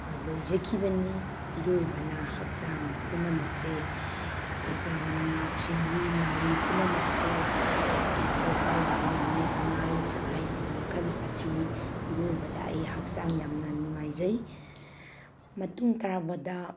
ꯂꯣꯏꯖꯈꯤꯕꯅꯤ ꯏꯔꯣꯏꯕꯅ ꯍꯛꯆꯥꯡ ꯄꯨꯝꯅꯃꯛꯁꯦ ꯌꯥꯝꯅ ꯁꯤꯡꯂꯤ ꯅꯥꯎꯔꯤ ꯄꯨꯝꯅꯃꯛꯁꯦ ꯇꯤꯡꯊꯣꯛꯄ ꯌꯥꯝꯅ ꯅꯨꯡꯉꯥꯏ ꯍꯥꯏꯔꯤꯕ ꯃꯈꯜ ꯑꯁꯤ ꯏꯔꯣꯏꯕꯗ ꯑꯩ ꯍꯛꯆꯥꯡ ꯌꯥꯝꯅ ꯅꯨꯡꯉꯥꯏꯖꯩ ꯃꯇꯨꯡ ꯇꯥꯔꯛꯄꯗ